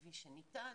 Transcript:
המסיבי שניתן,